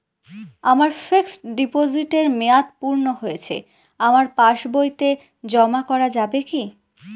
আমার ফিক্সট ডিপোজিটের মেয়াদ পূর্ণ হয়েছে আমার পাস বইতে জমা করা যাবে কি?